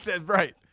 right